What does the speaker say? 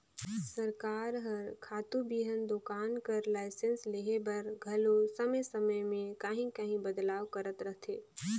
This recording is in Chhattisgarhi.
सरकार हर खातू बीहन दोकान कर लाइसेंस लेहे बर घलो समे समे में काहीं काहीं बदलाव करत रहथे